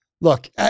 look